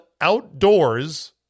outdoors